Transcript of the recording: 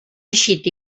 eixit